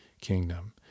kingdom